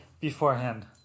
beforehand